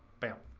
bam.